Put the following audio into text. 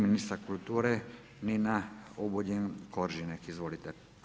Ministrica kulture, Nina Obuljen Koržinek, izvolite.